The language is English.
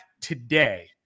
today